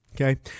okay